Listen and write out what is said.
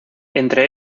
entre